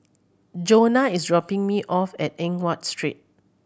Johnna is dropping me off at Eng Watt Street